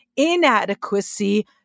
inadequacy